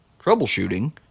troubleshooting